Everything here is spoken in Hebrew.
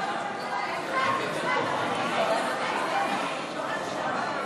חוק איסור פרסום והפצת שמות נפגעים,